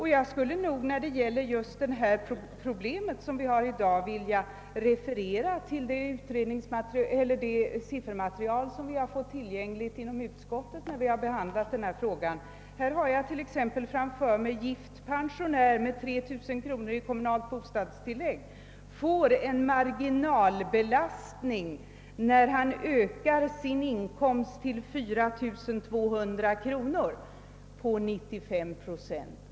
I fråga om marginalbelastningen vill jag referera till det siffermaterial som vi erhöll när vi i utskottet behandlade frågan. En gift pensionär med 3000 kronor i kommunalt bostadstillägg får när han ökar sin inkomst till 4 200 kronor en marginalbelastning på 95 procent.